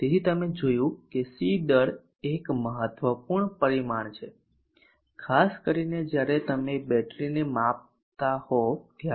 તેથી તમે જોયું કે C દર એ એક મહત્વપૂર્ણ પરિમાણ છે ખાસ કરીને જ્યારે તમે બેટરીને માપ આપતા હોવ ત્યારે